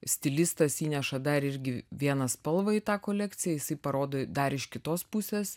stilistas įneša dar irgi vieną spalvą į tą kolekciją jisai parodo dar iš kitos pusės